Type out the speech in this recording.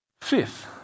Fifth